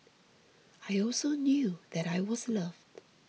I also knew that I was loved